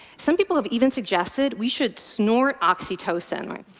some people have even suggested we should snort oxytocin.